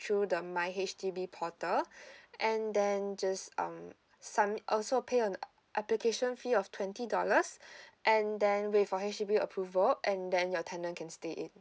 through the my H_D_B portal and then just um also pay an application fee of twenty dollars and then wait for H_D_B approval and then your tenant can stay in